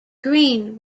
green